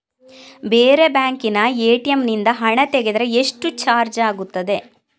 ಬೇರೆ ಬ್ಯಾಂಕಿನ ಎ.ಟಿ.ಎಂ ನಿಂದ ಹಣ ತೆಗೆದರೆ ಎಷ್ಟು ಚಾರ್ಜ್ ಆಗುತ್ತದೆ?